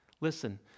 Listen